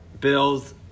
Bills